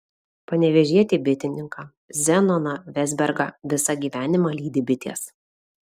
panevėžietį bitininką zenoną vezbergą visą gyvenimą lydi bitės